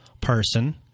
person